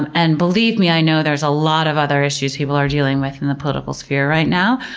and and believe me, i know there's a lot of other issues people are dealing with in the political sphere right now,